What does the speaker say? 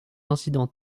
incidents